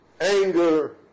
anger